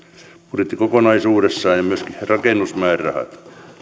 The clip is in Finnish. budjetti kokonaisuudessaan ja myöskin rakennusmäärärahat